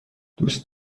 دوست